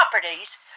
properties